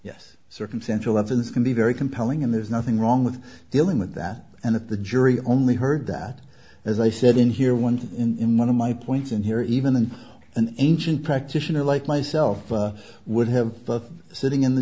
yes circumstantial evidence can be very compelling and there's nothing wrong with dealing with that and if the jury only heard that as i said in here one in one of my points in here even in an ancient practitioner like myself would have both sitting in the